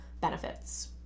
benefits